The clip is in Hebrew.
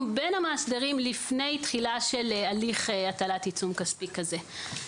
בין המאסדרים לפני תחילה של הליך הטלת עיצום כספי כזה.